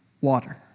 Water